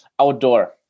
outdoor